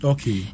Okay